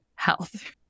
health